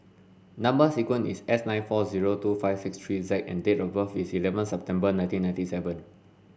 number sequence is S nine four zero two five six three Z and date of birth is eleven September nineteen ninety seven